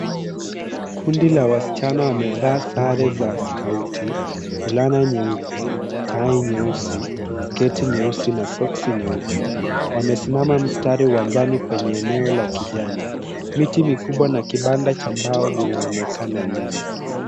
Kundi la wasichana wamevaa sare za skauti, fulana nyeupe, tai nyeusi, sketi nyeusi na soksi nyeupe. Wamesimama mstari wa ndani kwenye eneo la kijani. Miti kikubwa na kibanda cha mbao vinaonekana nyuma.